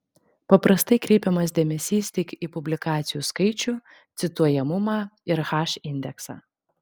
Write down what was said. paprastai kreipiamas dėmesys tik į publikacijų skaičių cituojamumą ir h indeksą